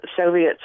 Soviets